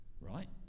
right